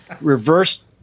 reverse